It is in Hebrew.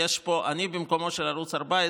אני במקומו של ערוץ 14,